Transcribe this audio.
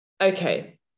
Okay